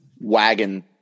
wagon